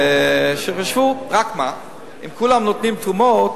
כאלה שחשבו: אם כולם נותנים תרומות,